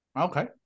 okay